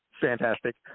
fantastic